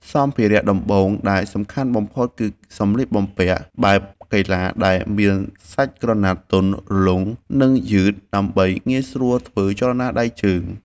សម្ភារៈដំបូងដែលសំខាន់បំផុតគឺសម្លៀកបំពាក់បែបកីឡាដែលមានសាច់ក្រណាត់ទន់ រលុង និងយឺត ដើម្បីងាយស្រួលធ្វើចលនាដៃជើង។